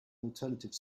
alternative